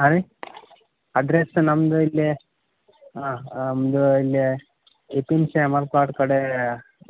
ಹಾಂ ರೀ ಅಡ್ರೆಸ್ ನಮ್ದು ಇಲ್ಲೇ ನಮ್ದು ಇಲ್ಲೇ ಈ ಪಿಂಚೆ ಮಲ್ಪಾಡ್ ಕಡೆ